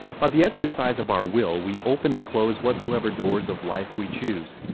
by the exercise of our will we open and close whatsoever doors of life we choose.